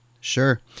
Sure